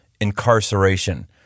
incarceration